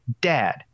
dad